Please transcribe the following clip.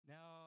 Now